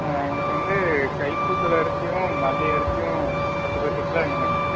எங்களுக்கு வந்து கைக்குத்தல் அரிசியும் மல்லி அரிசியும் பத்து பத்து கிலோ வேணுங்க